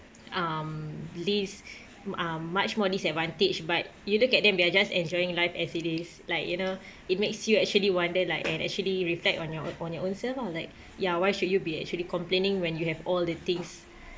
um dis~ um much more disadvantaged but you look at them they are just enjoying life as it is like you know it makes you actually wonder lah and actually reflect on your ow~ on your own self ah like ya why should you be actually complaining when you have all the things